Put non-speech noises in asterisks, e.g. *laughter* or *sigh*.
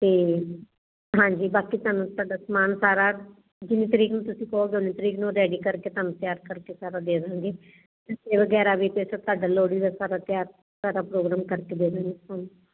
ਤੇ ਹਾਂਜੀ ਬਾਕੀ ਤੁਹਾਨੂੰ ਤੁਹਾਡਾ ਸਮਾਨ ਸਾਰਾ ਜਿੰਨੀ ਤਰੀਕ ਨੂੰ ਤੁਸੀਂ ਕਹੋਗੇ ਉੱਨੀ ਤਾਰੀਕ ਨੂੰ ਰੈਡੀ ਕਰਕੇ ਤੁਹਾਨੂੰ ਤਿਆਰ ਕਰਕੇ ਸਾਰਾ ਦੇ ਦਾਂਗੇ *unintelligible* ਵਗੈਰਾ ਵੀ ਤੇ ਥਾਡਾ ਸਾਰਾ ਲੋਹੜੀ ਦਾ ਸਾਰਾ ਤਿਆਰ ਸਾਡਾ ਪ੍ਰੋਗਰਾਮ ਕਰਕੇ ਦੇ ਦਾਂਗੇ ਥੋਨੂੰ